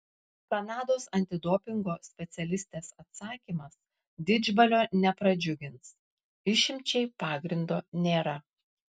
kanados antidopingo specialistės atsakymas didžbalio nepradžiugins išimčiai pagrindo nėra